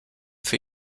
für